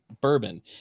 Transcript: bourbon